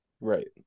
Right